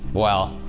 well,